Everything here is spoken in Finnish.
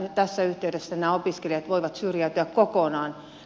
tässä yhteydessä nämä opiskelijat voivat syrjäytyä kokonaan